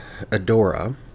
Adora